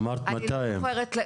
אמרת מאתיים.